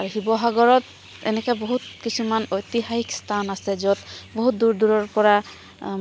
আৰু শিৱসাগৰত এনেকে বহুত কিছুমান ঐতিহাসিক স্থান আছে য'ত বহু দূৰ দূৰৰপৰা